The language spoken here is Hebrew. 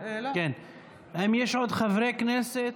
האם יש עוד חברי כנסת,